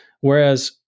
Whereas